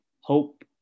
hope